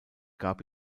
gab